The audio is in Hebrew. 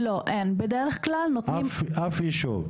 לא, אין, בדרך כלל נותנים --- אף ישוב?